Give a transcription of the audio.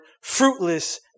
fruitless